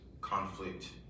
conflict